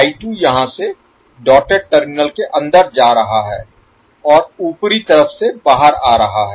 I2 यहाँ से dotted terminal के अंदर जा रहा है और ऊपरी तरफ से बाहर आ रहा है